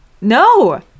No